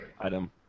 item